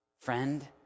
friend